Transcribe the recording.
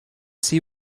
see